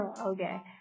Okay